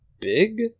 big